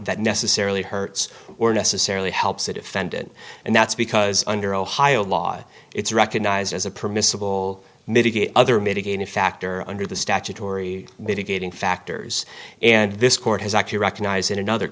that necessarily hurts or necessarily helps the defendant and that's because under ohio law it's recognized as a permissible mitigate other mitigating factor under the statutory mitigating factors and this court has actually recognized in another